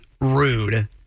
rude